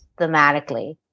thematically